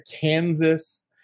Kansas